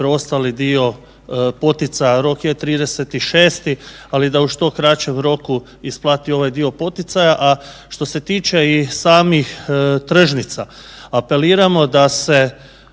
preostali dio poticaja. Rok je 30.6. ali da u što kraćem roku isplati ovaj dio poticaja, a što se tiče i samih tržnica. Apeliramo da se